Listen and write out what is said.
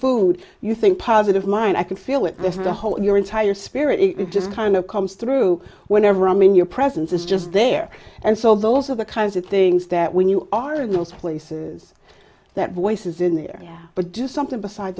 food you think positive mind i can feel it if the hole in your entire spirit just kind of comes through whenever i'm in your presence is just there and so those are the kinds of things that when you are in those places that voice is in there but do something beside